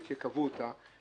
שקבעו אותה.